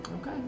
Okay